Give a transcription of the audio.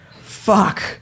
Fuck